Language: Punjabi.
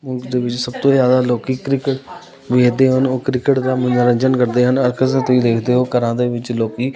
ਮੁਲਕ ਸਭ ਤੋਂ ਜ਼ਿਆਦਾ ਲੋਕੀਂ ਕ੍ਰਿਕਟ ਦੇਖਦੇ ਹਨ ਉਹ ਕ੍ਰਿਕਟ ਦਾ ਮਨੋਰੰਜਨ ਕਰਦੇ ਹਨ ਅਕਸਰ ਹੀ ਤੁਸੀਂ ਦੇਖਦੇ ਹੋ ਘਰਾਂ ਦੇ ਵਿੱਚ ਲੋਕੀਂ